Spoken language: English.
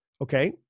Okay